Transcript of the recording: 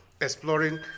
Exploring